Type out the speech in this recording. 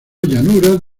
llanuras